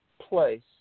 place